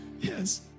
Yes